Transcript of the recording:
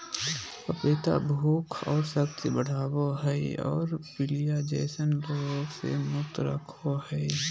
पपीता भूख और शक्ति बढ़ाबो हइ और पीलिया जैसन रोग से मुक्त रखो हइ